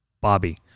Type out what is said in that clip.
Bobby